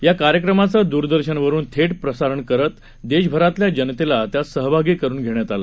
या कार्यक्रमाचं द्रदर्शन वरून थेट प्रसारण करत देशभरातल्या जनतेला त्यात सहभागी करून घेण्यात आलं